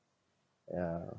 yeah